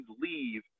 leave